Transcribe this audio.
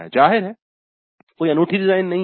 जाहिर है कोई अनूठी डिजाइन नहीं है